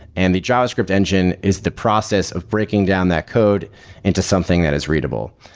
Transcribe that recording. and the javascript engine is the process of breaking down that code into something that is readable.